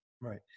right